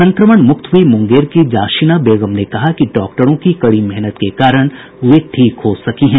संक्रमण मुक्त हुई मुंगेर की जाशीना बेगम ने कहा कि डॉक्टरों की कड़ी मेहनत के कारण वे ठीक हो सकी है